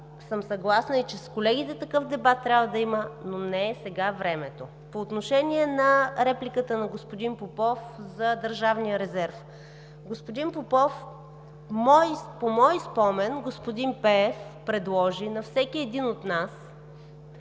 съм съгласна и с колегите, че такъв дебат трябва да има, но не е сега времето. По отношение на репликата на господин Попов за Държавния резерв. Господин Попов, по мой спомен господин Пеев предложи на всеки един от нас